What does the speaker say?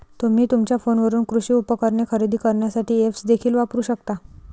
तुम्ही तुमच्या फोनवरून कृषी उपकरणे खरेदी करण्यासाठी ऐप्स देखील वापरू शकता